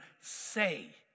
say